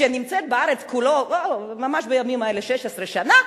שנמצאת בארץ בימים אלה 16 שנה,